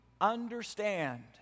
understand